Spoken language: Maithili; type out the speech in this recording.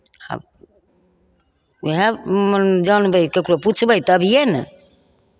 आब वएह जानबे ककरो पुछबय तभिये ने